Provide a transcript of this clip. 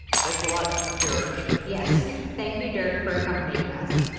thanks a lot, dirk yes, thank you dirk for accompanying us.